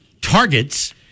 targets